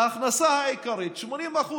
ההכנסה העיקרית, 80%,